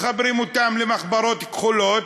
מחברים אותם למחברות כחולות.